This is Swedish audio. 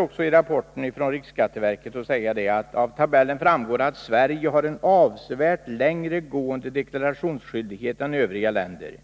I rapporten från riksskatteverket heter det vidare: ”Av tabellen framgår att Sverige har en avsevärt längre gående deklarationsskyldighet än övriga länder.